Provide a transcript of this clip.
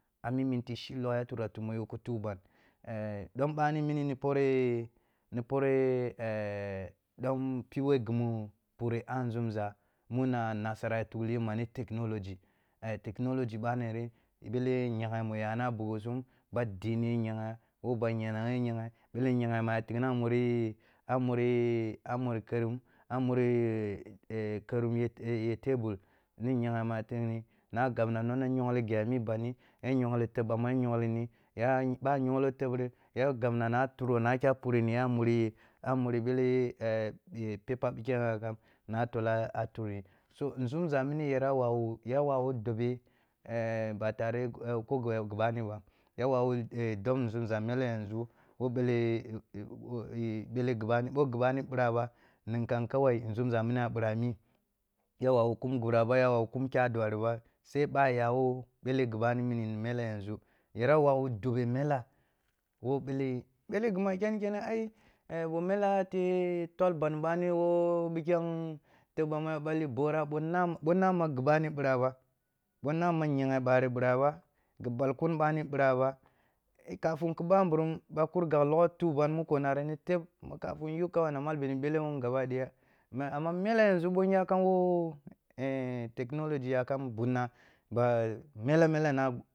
A mi minti shinlong ya turi tumo yo ki tuh ban, eh ɓanɓani mini ni poreh ɗom pruweh ghi mu pureh a nzumza muna nasara ta tukle ma ni technology, technology bani ri, bele nyeghe mu yana a bughi sum, ɓah dinneh nyeghe, wo ba nyeghe wo nyeghe, bele nyeghe mu a tighni a muri table, ni nyeghe mu a tighni na gab nuni nyongli ghi a mi bandi, ya nyongli teb mu ya nyonglini, ya, ɓah a nyonglo teb ri ya gabna na turo na kyah purini a muri a muri ɓele paper pikhem yakam, na tolla turi, so nzumza mini yara wawu, yawawu dobe eh ba tare ko wo ghi ɓani ba, ya wawu dob nzumza mele yanzu wo ɓele bele ghi, ɓoh ghi ɓani ɓirah ba ninkam kawai nzumza mini a ɓirami ya wawu kum ghiɓiraba, ya wawu kyah dua bariba sai ɓa yawo ɓele ghi ɓani mele yanzu, yara wawu dobe mella wo bele, bele ghi mu ya keni kene ni ɓoh mela the tol ban ɓani wo pikhem teb mu ya ɓalli bora, ɓoh nama, ɓoh nama ghi ɓani ɓiraba, ɓoh nama nyeghe ɓari ɓiraba, ghi ɓalkun balkun ɓani ɓiraba, kafin ki ɓamburum ɓah kur gagh log tuban ni teb, kafin nyu kawai na mal bele wun gabadaya, eh, amma mele yanzu ɓoh nyakamwo eh technology ya kam bunna ba mele mele na.